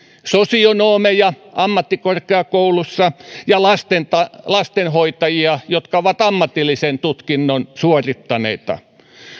sosionomeja eli ammattikorkeakoulussa opiskelleita että lastenhoitajia jotka ovat ammatillisen tutkinnon suorittaneita